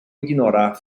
ignorar